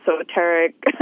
esoteric